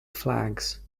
flags